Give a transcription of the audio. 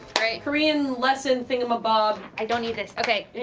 right, korean lesson thingamabob. i don't need this, okay.